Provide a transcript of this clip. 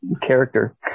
character